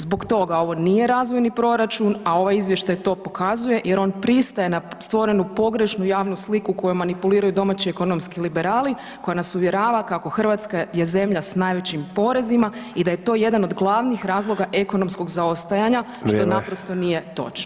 Zbog toga, ovo nije razvojni proračun a ovaj izvještaj to pokazuje jer on pristaje na stvorenu pogrešnu javnu sliku koju manipuliraju domaći ekonomski liberali koji nas uvjerava kako Hrvatska je zemlja s najvećim porezima i da je to jedan od glavnih razloga ekonomskog zaostajanja što naprosto nije točno.